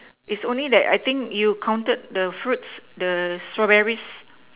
it's only that I think you counted the fruits the strawberries